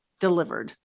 delivered